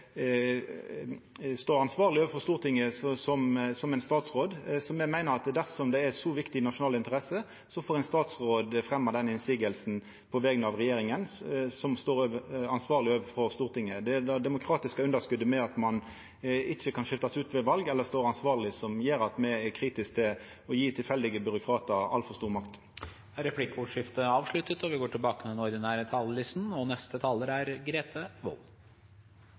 stå ansvarleg overfor Stortinget som statsråd, så me meiner at dersom det er ei så viktig nasjonal interesse, får ein statsråd fremja den innvendinga på vegner av regjeringa, som står ansvarleg overfor Stortinget. Det er det demokratiske underskotet med tanke på at ein ikkje kan skiftast ut ved val eller ikkje står ansvarleg, som gjer at me er kritiske til å gje tilfeldige byråkratar altfor stor makt. Replikkordskiftet er avsluttet. For meg som førstereis har denne budsjettprosessen vært en spennende og